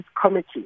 Committee